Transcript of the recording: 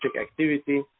activity